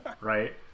right